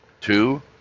Two